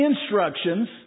instructions